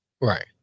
Right